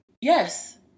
Yes